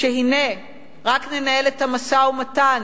שהנה רק ננהל את המשא-ומתן,